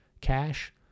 cash